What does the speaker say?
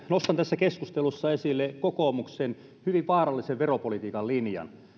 nostan tässä keskustelussa esille kokoomuksen hyvin vaarallisen veropolitiikan linjan